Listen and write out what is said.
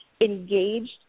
engaged